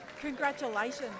Congratulations